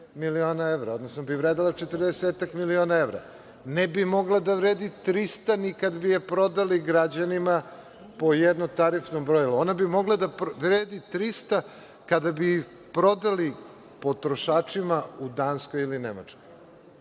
miliona evra, odnosno bi vredela 40-ak miliona evra. Ne bi mogla da vredi 300 ni kad bi je prodali građanima po jednom tarifnom brojilu. Ona bi mogla da vredi 300 kada bi prodali potrošačima u Danskoj ili Nemačkoj.